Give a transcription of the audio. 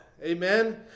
Amen